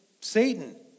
Satan